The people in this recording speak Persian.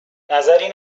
نظری